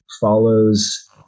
follows